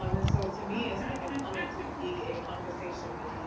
um and so to me, it's and like an honor to be in conversation with you,